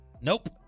Nope